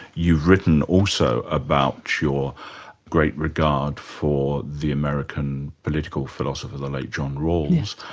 you've written also about your great regard for the american political philosopher the late john rawls.